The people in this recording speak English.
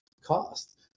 cost